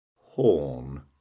horn